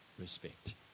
respect